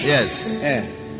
Yes